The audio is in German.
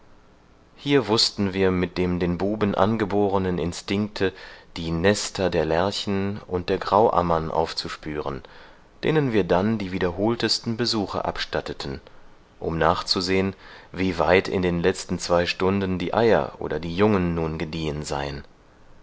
hier wußten wir mit dem den buben angebotenen instinkte die nester der lerchen und der grauammern aufzuspüren denen wir dann die wiederholtesten besuche abstatteten um nachzusehen wie weit in den letzten zwei stunden die eier oder die jungen nun gediehen seien